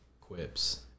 quips